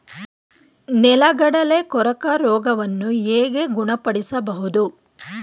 ನೆಲಗಡಲೆ ಕೊರಕ ರೋಗವನ್ನು ಹೇಗೆ ಗುಣಪಡಿಸಬಹುದು?